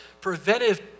preventive